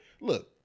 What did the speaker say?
look